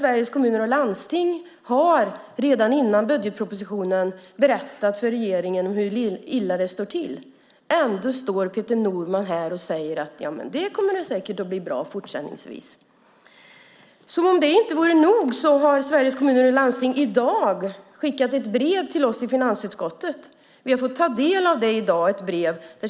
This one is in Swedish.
Sveriges Kommuner och Landsting berättade alltså för regeringen redan före budgetpropositionen hur illa det står till. Ändå står Peter Norman här nu och säger att det kommer att bli bra. Som om detta inte vore nog har Sveriges Kommuner och Landsting skickat ett brev till finansutskottet som vi fått ta del av i dag.